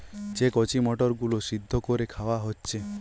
যে কচি মটর গুলো সিদ্ধ কোরে খাওয়া হচ্ছে